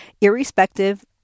irrespective